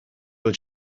will